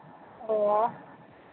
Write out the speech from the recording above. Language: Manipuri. ꯑꯣ